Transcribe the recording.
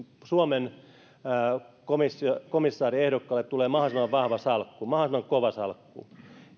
suomen komissaariehdokkaalle tulee mahdollisimman vahva salkku mahdollisimman kova salkku